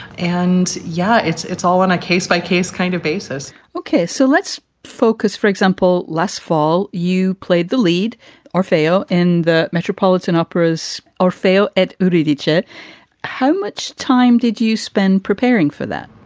and yeah, it's it's all on a case by case kind of basis ok, so let's focus, for example, less fall. you played the lead orfeo in the metropolitan opera's or fail at ah the egypt. how much time did you spend preparing for that?